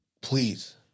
please